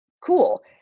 cool